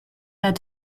had